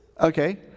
Okay